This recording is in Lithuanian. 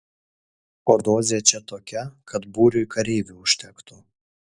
o dozė čia tokia kad būriui kareivių užtektų